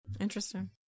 interesting